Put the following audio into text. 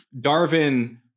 Darwin